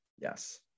yes